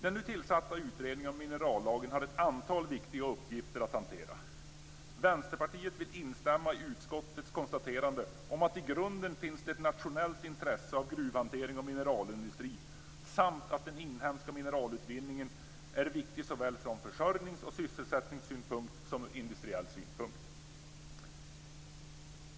Denna utredning om minerallagen har ett antal viktiga uppgifter att hantera. Vänsterpartiet vill instämma i utskottets konstaterande om att det i grunden finns ett nationellt intresse av gruvhantering och mineralindustri samt att den inhemska mineralutvinningen är viktigt såväl från försörjnings och sysselsättningssynpunkt som från industriell synpunkt.